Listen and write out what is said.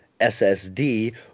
SSD